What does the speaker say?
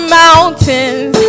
mountains